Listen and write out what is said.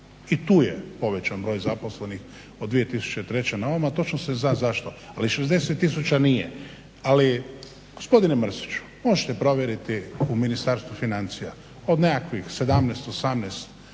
i tu je povećan broj zaposlenih od 2003.na ovamo a točno se zna zašto, ali 60 tisuća nije. Ali gospodine Mrsiću možete provjeriti u Ministarstvu financija od nekakvih 17, 18